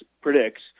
predicts